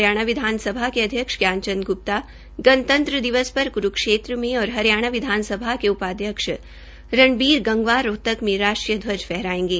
हरियाणा विधानसभा के अध्यक्ष श्री ज्ञान चंद ग्प्ता गणतंत्र दिवस पर क्रूक्षेत्र में तथा हरियाणा विधानसभा के उपाध्यक्ष श्री रणबीर गंगवा रोहतक में राष्ट्रीय घ्वज फहरायेंगे